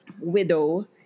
widow